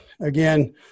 again